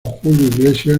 julio